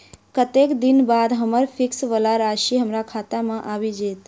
कत्तेक दिनक बाद हम्मर फिक्स वला राशि हमरा खाता मे आबि जैत?